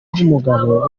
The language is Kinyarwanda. bw’umugabo